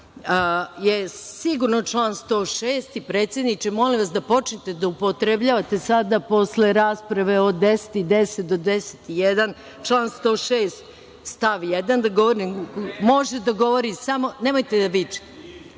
je sigurno član 106. i predsedniče, molim vas da počnete da upotrebljavate sada posle rasprave od 10.10 do 12.50 član 106. stav 1. da govornik može da govori samo o tački